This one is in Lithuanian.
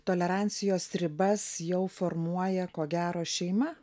tolerancijos ribas jau formuoja ko gero šeima